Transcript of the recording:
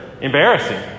embarrassing